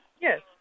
Yes